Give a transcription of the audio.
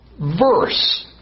verse